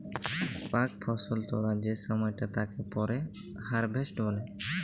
পাক ফসল তোলা যে সময়টা তাকে পরে হারভেস্ট বলে